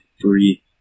three